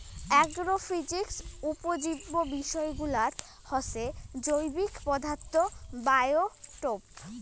agrophysics উপজীব্য বিষয়গুলাত হসে জৈবিক পদার্থ, বায়োটোপ